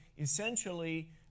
essentially